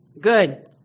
Good